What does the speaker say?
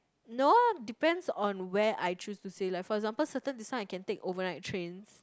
no depends on where I choose to say like for example certain this one I can take over night trains